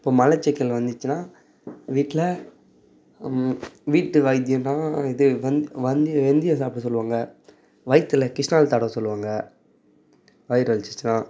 இப்போ மலச்சிக்கல் வந்துச்சுனா வீட்டில் வீட்டு வைத்தியம்னா இது வந்து வந்து வெந்தயம் சாப்பிட சொல்வாங்க வயிற்றுல கிருஷ்ணாயில் தடவ சொல்வாங்க வயிறு வலிச்சுச்சினா